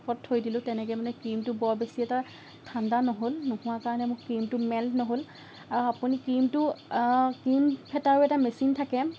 খাপত থৈ দিলোঁ তেনেকে মানে ক্ৰিমটো বৰ বেছি এটা ঠাণ্ডা নহ'ল নোহোৱা কাৰণে মোৰ ক্ৰিমটো মেল্ট নহ'ল আৰু আপুনি ক্ৰিমটো ক্ৰিম ফেটাৰো এটা মেচিন থাকে